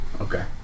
okay